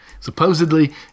Supposedly